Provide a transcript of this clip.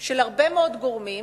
של הרבה מאוד גורמים